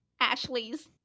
Ashley's